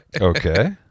Okay